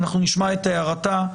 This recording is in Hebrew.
נשמע את הערתה.